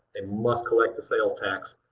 and must collect the sales tax